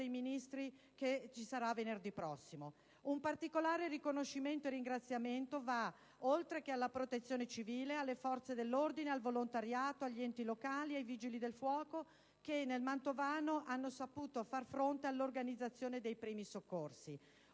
Un particolare riconoscimento e ringraziamento va, oltre che alla Protezione civile, alle forze dell'ordine, al volontariato, agli enti locali e ai Vigili del fuoco che nel mantovano hanno saputo far fronte all'organizzazione dei primi soccorsi.